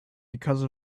because